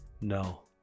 No